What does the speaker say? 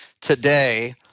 today